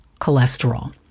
cholesterol